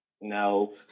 No